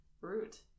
root